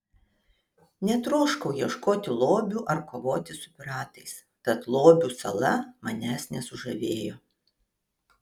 netroškau ieškoti lobių ar kovoti su piratais tad lobių sala manęs nesužavėjo